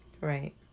Right